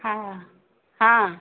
हँ हँ